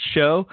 Show